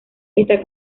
está